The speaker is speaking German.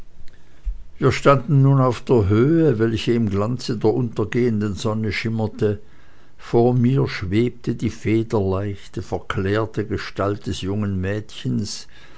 wir standen nun auf der höhe welche im glanze der untergehenden sonne schimmerte vor mir schwebte die federleichte verklärte gestalt des jungen mädchens